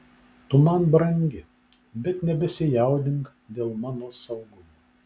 tu man brangi bet nebesijaudink dėl mano saugumo